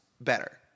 better